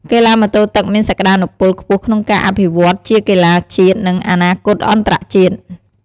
កីឡាម៉ូតូទឹកមានសក្តានុពលខ្ពស់ក្នុងការអភិវឌ្ឍជាកីឡាជាតិ និងអនាគតអន្តរជាតិ។